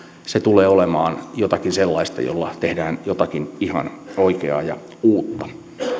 se tulee olemaan jotakin sellaista jolla tehdään jotakin ihan oikeaa ja uutta